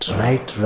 right